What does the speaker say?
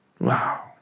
Wow